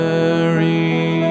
Mary